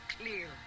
clear